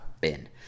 bin